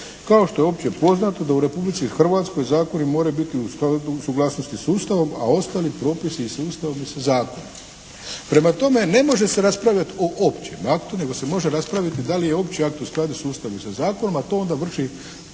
kao što je opće poznato da u Republici Hrvatskoj zakoni moraju biti u suglasnosti s Ustavom, a ostali propisi sa Ustavom i sa zakonom. Prema tome, ne može se raspravljati o općem aktu, nego se može raspraviti da li je opći akt u skladu sa Ustavom i sa zakonom, a to onda vrši